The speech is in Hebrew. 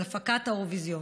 להפקת האירוויזיון.